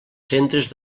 centres